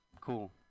Cool